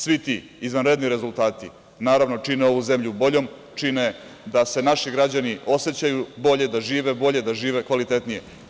Svi ti izvanredni rezultati čine ovu zemlju boljom, čine da se naši građani osećaju bolje, da žive bolje, da žive kvalitetnije.